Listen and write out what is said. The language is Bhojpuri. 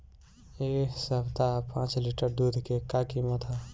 एह सप्ताह पाँच लीटर दुध के का किमत ह?